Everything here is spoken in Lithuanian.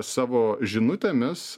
savo žinutėmis